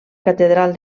catedral